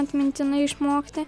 atmintinai išmokti